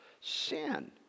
sin